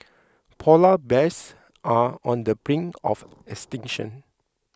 Polar Bears are on the brink of extinction